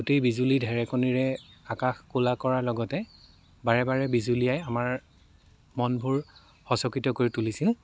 গোটেই বিজুলী ঢেৰেকণিৰে আকাশ ক'লা কৰাৰ লগতে বাৰে বাৰে বিজুলীয়াই আমাৰ মনবোৰ সচকিত কৰি তুলিছে